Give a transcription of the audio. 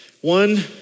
One